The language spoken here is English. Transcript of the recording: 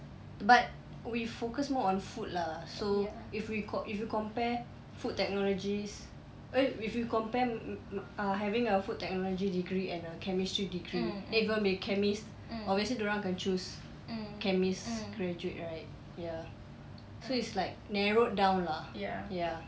but we focus more on food lah so if we co~ if you compare food technologies eh if you compare uh having a food technology degree and a chemistry degree then you gonna be a chemist obviously dia orang akan choose chemist graduate right ya so it's like narrowed down lah ya